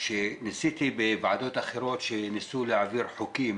הייתי בוועדות אחרות שניסו להעביר חוקים